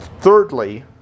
Thirdly